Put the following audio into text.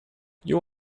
you